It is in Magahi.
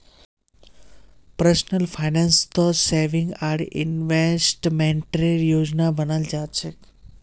पर्सनल फाइनेंसत सेविंग आर इन्वेस्टमेंटेर योजना बनाल जा छेक